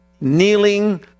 kneeling